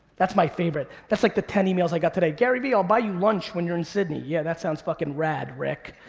that's my favorite. that's like the ten emails i got today. gary vee, i'll buy you lunch when you're in sydney. yeah, that sounds fucking rad, rick.